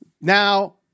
Now